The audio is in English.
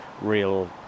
real